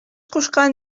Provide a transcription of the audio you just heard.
кушкан